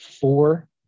four